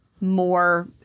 more